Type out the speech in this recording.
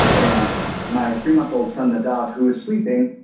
and my three month old son, and who was sleeping,